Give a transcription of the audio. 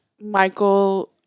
Michael